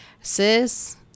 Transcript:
sis